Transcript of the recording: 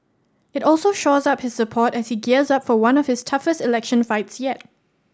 it also shores up his support as he gears up for one of his toughest election fights yet